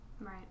Right